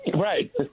Right